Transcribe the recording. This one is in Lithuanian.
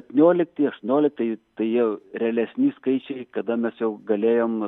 septyniolikti aštuoniolikti tai tai jie realesni skaičiai kada mes jau galėjom